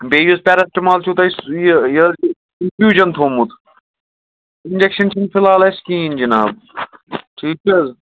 بیٚیہِ یُس پیرَسٹٕمال چھُو تۄہہِ سۄ یہِ یہِ حظ یہِ تھوٚومُت اِنٛجَکشَن چھِنہٕ فِلحال اَسہِ کِہیٖنۍ جِناب ٹھیٖک چھِ حظ